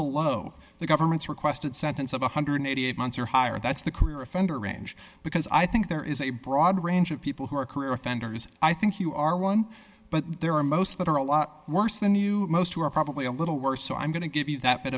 below the government's request and sentence of one hundred and eighty eight months or higher that's the career offender range because i think there is a broad range of people who are career offenders i think you are one but there are most that are a lot worse than you most who are probably a little worse so i'm going to give you that